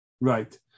Right